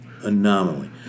anomaly